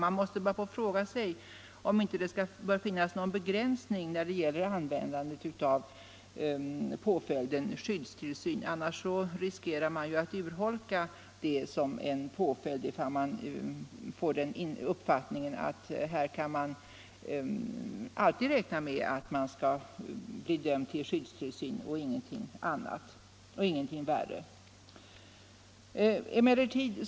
Man måste fråga sig om det inte finns en begränsning när det gäller användandet av påföljden skyddstillsyn. Om uppfattningen blir att det alltid går att räkna med att bli dömd till skyddstillsyn i stället för någonting värre kan resultatet bli en urholkning av skyddstillsynen.